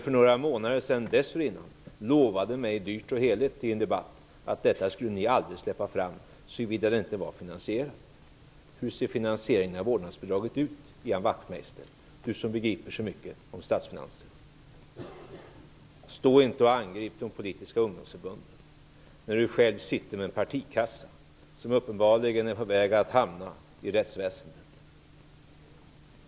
För några månader dessförinnan lovade han mig dyrt och heligt i en debatt att Ny demokrati aldrig skulle släppa fram det så vida det inte var finansierat. Hur ser finansieringen av vårdnadsbidraget ut? Ian Wachtmeister säger ju sig begripa så mycket om statsfinanserna. Stå inte här och angrip de politiska ungdomsförbunden! Ian Wachtmeister sitter själv med en partikassa som uppenbarligen är på väg att hamna i rättsväsendet.